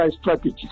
strategies